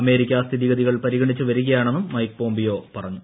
America സ്ഥിതിഗതികൾ പരിഗണിച്ചു വ്രികയ്ാണെന്നും മൈക്ക് പോംപിയോ പറഞ്ഞു